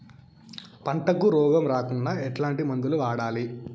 పంటకు రోగం రాకుండా ఎట్లాంటి మందులు వాడాలి?